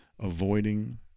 avoiding